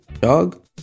dog